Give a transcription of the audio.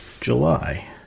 July